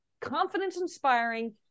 confidence-inspiring